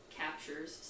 captures